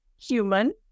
human